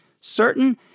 certain